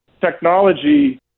technology